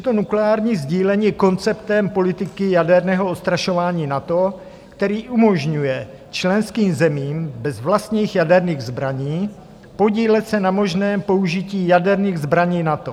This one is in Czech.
To nukleární sdílení je konceptem politiky jaderného odstrašování NATO, který umožňuje členským zemím bez vlastních jaderných zbraní podílet se na možném použití jaderných zbraní NATO.